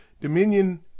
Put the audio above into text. dominion